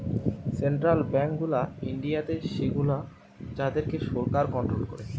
central bank গুলা ইন্ডিয়াতে সেগুলো যাদের কে সরকার কন্ট্রোল করে